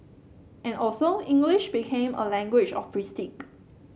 and so English became a language of prestige